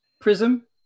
Prism